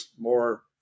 more